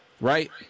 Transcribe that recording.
right